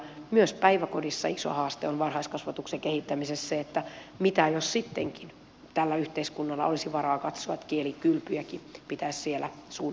myös päiväkodissa iso haaste on varhaiskasvatuksen kehittämisessä se että mitä jos sittenkin tällä yhteiskunnalla olisi varaa katsoa että kielikylpyjäkin pitää siellä sun